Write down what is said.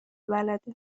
بلده